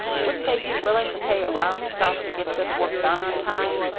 wouldn't they be willing to pay a round sum to get this work done on time?